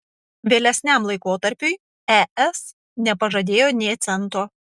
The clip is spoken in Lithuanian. vėlesniam laikotarpiui es nepažadėjo nė cento